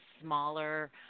smaller